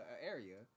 area